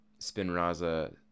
Spinraza